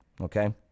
Okay